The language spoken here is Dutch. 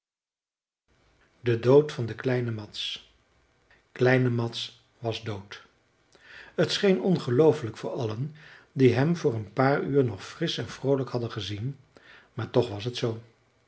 de dood van kleine mads kleine mads was dood t scheen ongeloofelijk voor allen die hem voor een paar uur nog frisch en vroolijk hadden gezien maar toch was het zoo